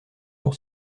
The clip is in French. pour